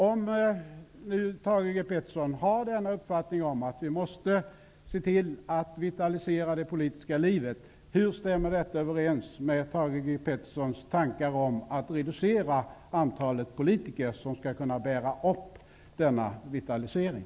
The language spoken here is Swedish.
Om Thage G. Peterson har denna uppfattning om att vi måste se till att vitalisera det politiska livet, hur stämmer detta överens med Thage G. Petersons tankar om att reducera antalet politiker som skall kunna bära upp denna vitalisering?